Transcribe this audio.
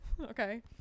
okay